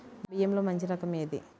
బియ్యంలో మంచి రకం ఏది?